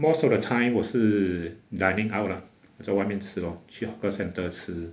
most of the time 我是 dining out lah 在外面吃 lor 去 hawker centre 吃